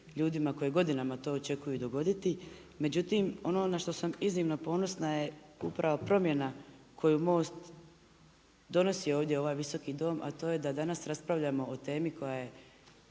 ljudima koji godinama to očekuju i dogoditi. Međutim, ono na što sam iznimno ponosna je upravo promjena koju MOST donosi ovdje u ovaj Visoki dom a to je da danas raspravljamo o temi koja je